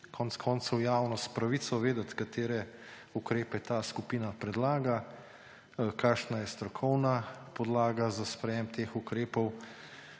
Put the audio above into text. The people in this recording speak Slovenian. koncev javnost pravico vedeti, katere ukrepe ta skupina predlaga, kakšna je strokovna podlaga za sprejem teh ukrepov,